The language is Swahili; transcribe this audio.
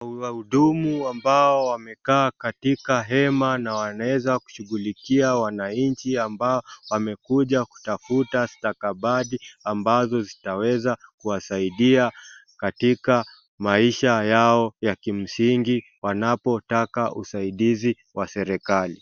Wahudumu wambao wamekaa katika hema na wanaeza kushughulikia wananchi ambao wamekuja kutafuta stakabadhi ambazo zitaweza kuwasaidia katika maisha yao ya kimsingi wanapotaka usaidizi wa serikali.